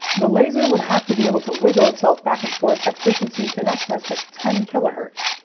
the laser would have to be able to wiggle itself back and forth at frequencies in excess of ten kilohertz.